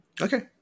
Okay